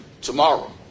tomorrow